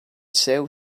sell